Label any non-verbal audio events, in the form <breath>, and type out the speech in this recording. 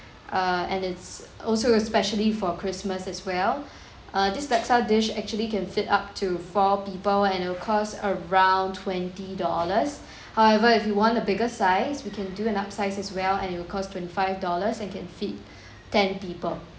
uh and it's also especially for christmas as well <breath> uh this laksa dish actually can feed up to four people and it will cost around twenty dollars however if you want the biggest size we can do an upsize as well and it will cost twenty five dollars and can feed <breath> ten people